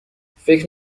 فکر